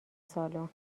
سالن